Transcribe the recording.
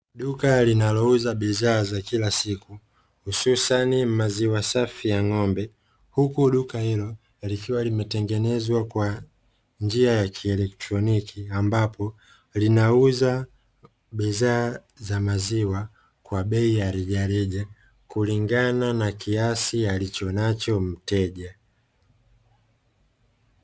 Duka linalouza bidhaa za kila siku, hususani maziwa safi ya ng'ombe, huku duka hilo likiwa limetengenezwa kwa njia ya kielektroniki, ambapo linauza bidhaa za maziwa kwa bei ya rejareja kulingana na kiasi alichonacho mteja.